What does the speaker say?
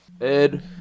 Ed